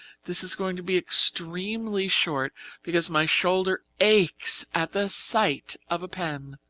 this is going to be extremely short because my shoulder aches at the sight of a pen.